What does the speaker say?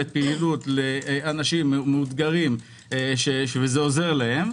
פעילות לאנשים מאותגרים וזה עוזר להם,